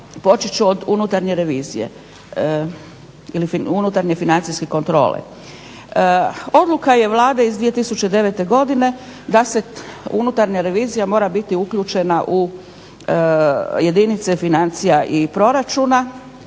počet ću od unutarnje revizije ili unutarnje financijske kontrole. Odluka je Vlade iz 2009. godine da se unutarnja revizija mora biti uključena u jedinice financija i proračuna.